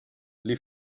les